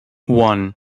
one